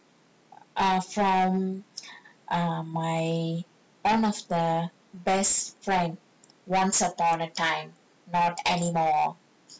err from err my one of the best friend once upon a time not anymore